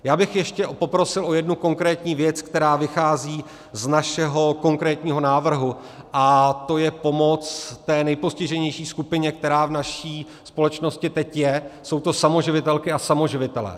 Já bych ještě poprosil o jednu konkrétní věc, která vychází z našeho konkrétního návrhu, a to je pomoc té nejpostiženější skupině, která v naší společnosti teď je, jsou to samoživitelky a samoživitelé.